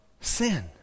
sin